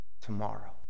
tomorrow